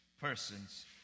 persons